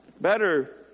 better